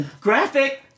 graphic